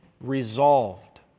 resolved